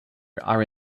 are